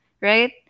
right